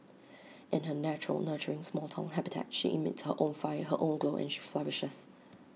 in her natural nurturing small Town habitat she emits her own fire her own glow and she flourishes